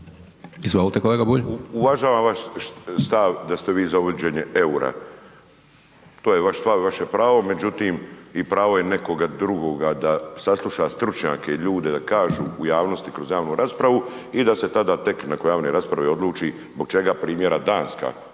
**Bulj, Miro (MOST)** Uvažavam vas stav da ste vi za uvođenje eura, to je vaš stav, vaše pravo, međutim i pravo je nekoga drugoga da sasluša stručnjake i ljude da kažu u javnosti kroz javnu raspravu i da se tada tek nakon javne rasprave odluči zbog čega primjera Danska